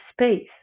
space